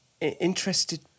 interested